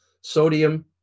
sodium